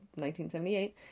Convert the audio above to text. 1978